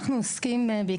אנחנו עוסקים לילות כימים,